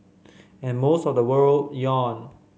and most of the world yawned